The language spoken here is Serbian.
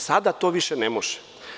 Sada to više ne može.